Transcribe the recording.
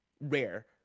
rare